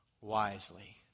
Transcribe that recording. wisely